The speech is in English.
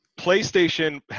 playstation